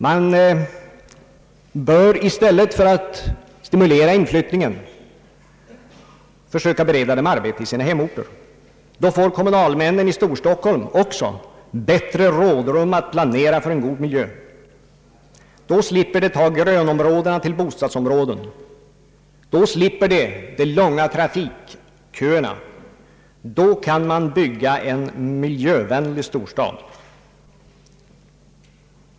Man bör i stället för att stimulera inflyttningen försöka bereda människor arbete i sina hemorter. Då får kommunalmännen i Storstockholm också bättre rådrum att planera för en god miljö. Då slipper man ta grönområdena till bostadsområden, då slipper man de långa trafikköerna, då kan man bygga en miljövän lig storstad.